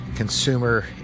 consumer